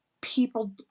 people